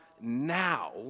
now